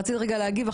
רצית להגיב?